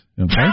Okay